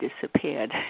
disappeared